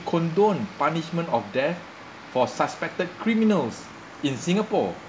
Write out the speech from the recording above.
condone punishment of death for suspected criminals in singapore